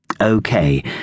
Okay